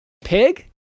Pig